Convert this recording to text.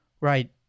right